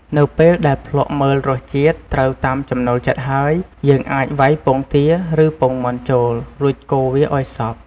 នៅពេលដែលភ្លក្សមើលរសជាតិត្រូវតាមចំំណូលចិត្តហើយ យើងអាចវៃពងទា ឬពងមាន់ចូល រួចកូរវាឱ្យសព្វ។